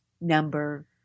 number